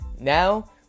Now